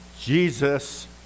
Jesus